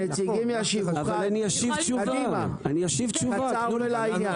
הנציגים ישיבו, קדימה, קצר ולעניין.